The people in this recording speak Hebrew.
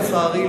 לצערי,